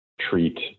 treat